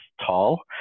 tall